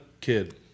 kid